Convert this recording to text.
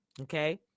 Okay